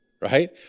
right